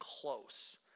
close